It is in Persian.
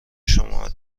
شما